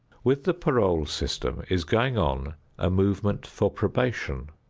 with the parole system is going on a movement for probation.